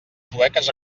sueques